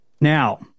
Now